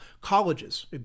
Colleges